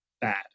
bad